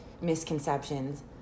misconceptions